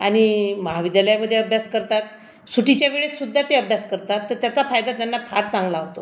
आणि महाविद्यालयामध्ये अभ्यास करतात सुट्टीच्या वेळेस सुद्धा ते अभ्यास करतात तर त्याचा फायदा त्यांना फार चांगला होतो